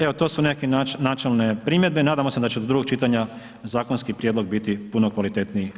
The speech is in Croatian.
Evo, to su nekakve načelne primjedbe, nadamo se da će do drugog čitanja zakonski prijedlog biti puno kvalitetniji.